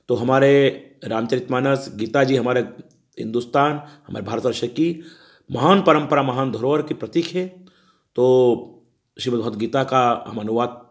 तो हमारे रामचरितमानस गीता जी हमारे हिंदुस्तान हमारे भारतवर्ष की महान परम्परा महान धरोहर के प्रतीक है तो श्रीमद्भगवद्गीता का हम अनुवाद